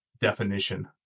definition